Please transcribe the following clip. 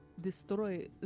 destroy